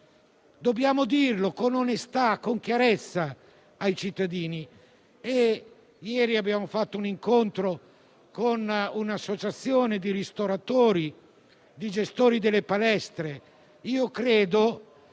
Dobbiamo dirlo con onestà e con chiarezza ai cittadini. Ieri abbiamo fatto un incontro con un'associazione di ristoratori e di gestori di palestre. Credo